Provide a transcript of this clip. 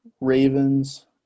ravens